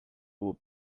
will